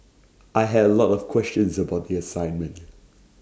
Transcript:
I had A lot of questions about the assignment